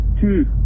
Two